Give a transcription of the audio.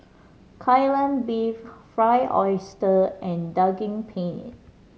Kai Lan Beef Fried Oyster and Daging Penyet